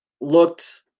looked